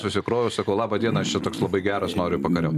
susikroviau sakau laba diena aš čia toks labai geras noriu pakariaut